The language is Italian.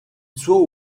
suo